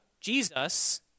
Jesus